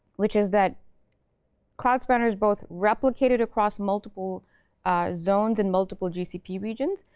which is that cloud spanner's both replicated across multiple zones and multiple gcp regions.